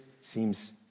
seems